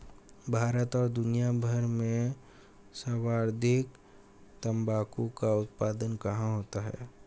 भारत और दुनिया भर में सर्वाधिक तंबाकू का उत्पादन कहां होता है?